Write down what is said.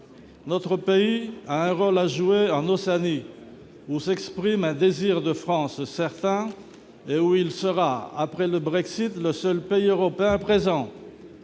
Notre pays a un rôle à jouer en Océanie où s'exprime un désir de France certain et où il sera, après le Brexit, le seul pays européen présent.